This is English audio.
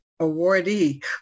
awardee